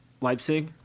Leipzig